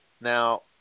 Now